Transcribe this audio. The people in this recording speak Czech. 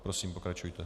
Prosím, pokračujte.